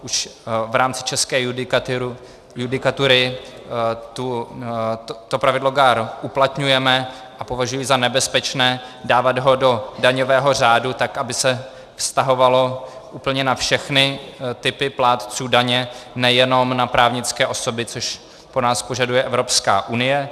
Už v rámci české judikatury pravidlo GAAR uplatňujeme a považuji za nebezpečné dávat ho do daňového řádu tak, aby se vztahovalo úplně na všechny typy plátců daně, nejenom na právnické osoby, což po nás požaduje Evropská unie.